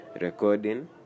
Recording